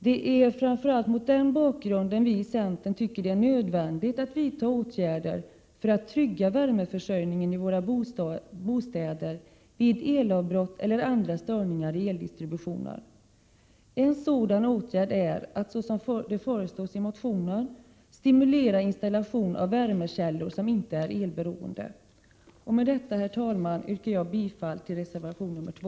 Det är framför allt mot den här bakgrunden vi i centern tycker det är nödvändigt att vidta åtgärder för att trygga värmeförsörjningen i våra bostäder vid elavbrott eller andra störningar i eldistributionen. En sådan åtgärd är att, så som föreslås i motionen, stimulera installation av värmekällor som inte är elberoende. Med detta, herr talman, yrkar jag bifall till reservation 2.